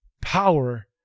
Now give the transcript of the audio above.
power